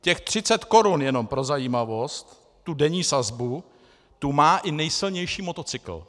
Těch 30 korun, jenom pro zajímavost, tu denní sazbu má i nejsilnější motocykl.